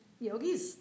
yogis